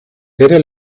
better